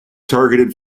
targeted